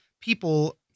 people